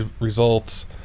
results